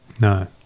No